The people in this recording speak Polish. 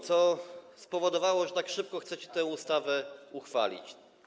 Co spowodowało, że tak szybko chcecie tę ustawę uchwalić?